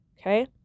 Okay